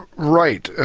right.